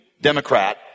Democrat